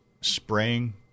spraying